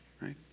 right